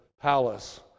palace